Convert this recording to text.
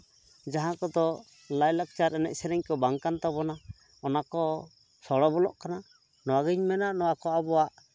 ᱡᱟᱦᱟᱸ ᱠᱚᱫᱚ ᱞᱟᱭᱼᱞᱟᱠᱪᱟᱨ ᱮᱱᱮᱡ ᱥᱮᱨᱮᱧ ᱠᱚ ᱵᱟᱝ ᱠᱟᱱ ᱛᱟᱵᱚᱱᱟ ᱚᱱᱟ ᱠᱚ ᱥᱚᱲᱚ ᱵᱚᱞᱚᱜ ᱠᱟᱱᱟ ᱱᱚᱣᱟᱜᱤᱧ ᱢᱮᱱᱟ ᱱᱚᱣᱟ ᱠᱚ ᱟᱵᱚᱣᱟᱜ